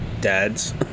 Dads